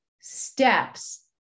steps